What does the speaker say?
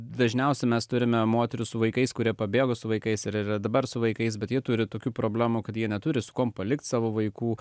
dažniausiai mes turime moteris su vaikais kurie pabėgo su vaikais ir dabar su vaikais bet ji turi tokių problemų kad jie neturi su kuom palikti savo vaikų